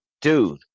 Dude